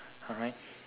alright